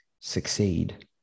succeed